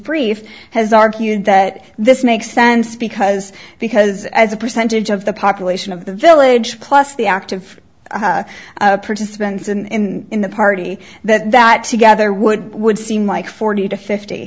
brief has argued that this makes sense because because as a percentage of the population of the village plus the active participants in in the party that that together would would seem like forty to fifty